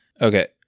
Okay